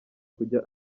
kujya